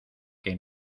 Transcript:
que